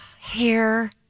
hair